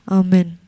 amen